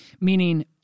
meaning